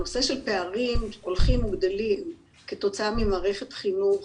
הנושא של פערים הולכים וגדלים כתוצאה ממערכת חינוך